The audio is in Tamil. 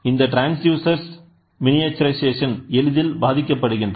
இந்த ட்ரான்ஸ்டியூசர் மினியட்ரைசேஷனுக்கு எளிதில் பாதிக்கப்படுகின்றனர்